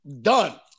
done